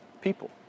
people